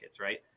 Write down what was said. right